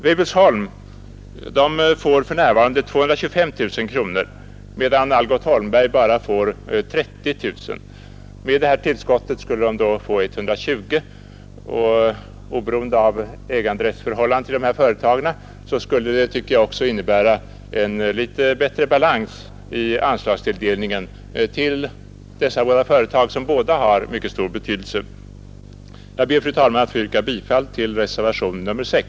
Weibullsholm får för närvarande 225 000 kronor, medan Algot Holmberg bara får 30 000 kronor. Med detta tillskott skulle man få 120000 kronor, och oberoende av äganderättsförhållandena i dessa företag skulle det, tycker jag, också innebära en bättre balans i anslagstilldelningen till dessa företag som båda har mycket stor betydelse. Jag ber, fru talman, att få yrka bifall till reservationen 6.